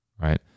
right